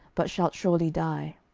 but shalt surely die.